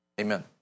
Amen